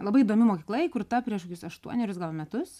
labai įdomi mokykla įkurta prieš kokius aštuonerius gal metus